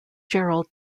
gerald